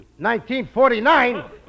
1949